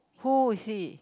who is he